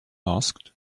asked